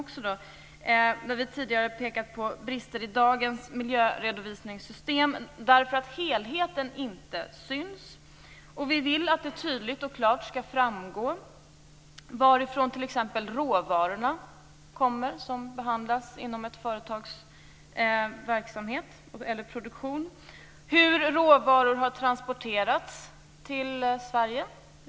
Vi har tidigare pekat på brister i dagens miljöredovisningssystem därför att helheten inte syns. Vi vill att det tydligt och klart skall framgå varifrån t.ex. de råvaror kommer som behandlas inom ett företags verksamhet eller produktion. Det gäller också hur råvaror har transporterats, i det här fallet till Sverige.